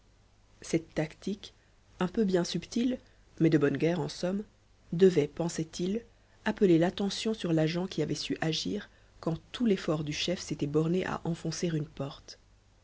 cette tactique un peu bien subtile mais de bonne guerre en somme devait pensait-il appeler l'attention sur l'agent qui avait su agir quand tout l'effort du chef s'était borné à enfoncer une porte